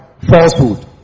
falsehood